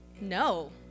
No